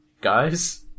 guys